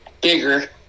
Bigger